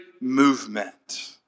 movement